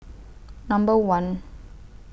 Number one